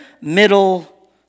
middle